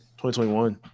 2021